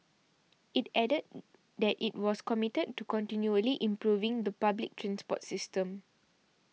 it added that it was committed to continually improving the public transport system